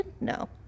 No